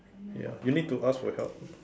ya you need to ask for help